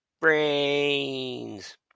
Brains